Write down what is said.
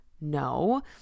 No